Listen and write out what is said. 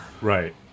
Right